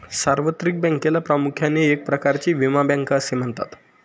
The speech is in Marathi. सार्वत्रिक बँकेला प्रामुख्याने एक प्रकारची विमा बँक असे म्हणतात